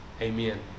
Amen